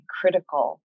critical